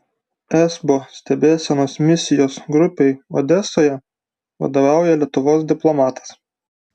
esbo stebėsenos misijos grupei odesoje vadovauja lietuvos diplomatas